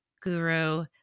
guru